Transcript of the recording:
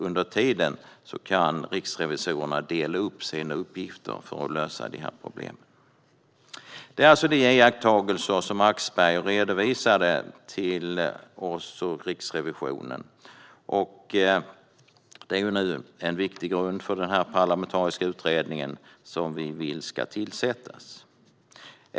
Under tiden kan riksrevisorerna dela upp sina uppgifter för att lösa de problemen. Axberger har redovisat de här iakttagelserna för oss och för Riksrevisionen. De är nu en viktig grund för den parlamentariska utredning som vi vill ska tillsättas.